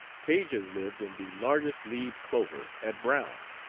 page has lived in the largest-leaved clover at brown,